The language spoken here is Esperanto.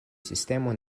sistemo